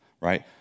right